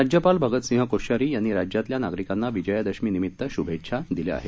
राज्यपाल भगतसिंह कोश्यारी यांनी राज्यातल्या नागरिकांना विजयादशमी निमित्त शुभेच्छा दिल्या आहेत